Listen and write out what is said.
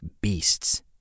beasts